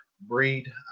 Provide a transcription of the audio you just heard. breed